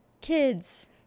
kids